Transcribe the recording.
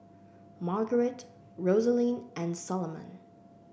Margaret Rosaline and Solomon